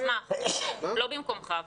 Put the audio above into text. אני אשמח אבל לא במקומך.